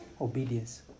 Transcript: obedience